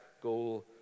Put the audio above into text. goal